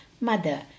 mother